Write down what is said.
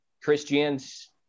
Christians